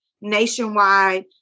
nationwide